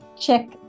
Check